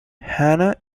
hanna